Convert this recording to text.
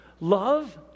love